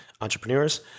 entrepreneurs